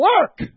work